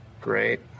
great